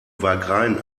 wagrain